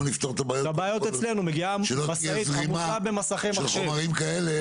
בוא נפתור את הבעיות שלא תהיה זרימה של חומרים כאלה